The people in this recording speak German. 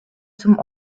zum